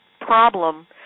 problem